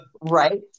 right